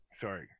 Sorry